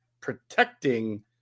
protecting